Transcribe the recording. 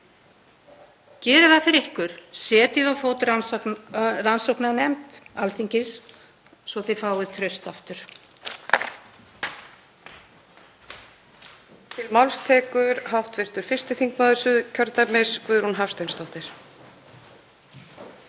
Gerið það fyrir ykkur, setjið á fót rannsóknarnefnd Alþingis svo þið fáið traust aftur.